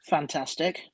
Fantastic